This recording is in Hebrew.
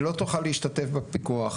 היא לא תוכל להשתתף בפיקוח.